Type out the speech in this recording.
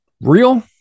real